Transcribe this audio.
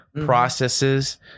processes